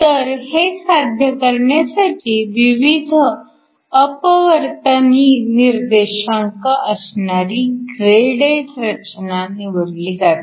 तर हे साध्य करण्यासाठी विविध अपवर्तनी निर्देशांक असणारी ग्रेडेड रचना निवडली जाते